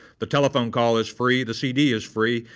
the telephone call is free, the cd is free,